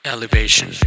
Elevation